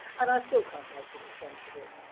and i still can't make any sense of it.